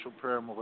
prayer